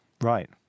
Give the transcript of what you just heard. Right